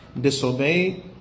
disobey